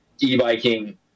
e-biking